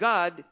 God